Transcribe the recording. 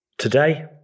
Today